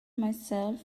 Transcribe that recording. myself